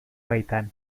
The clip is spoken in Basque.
baitan